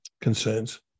concerns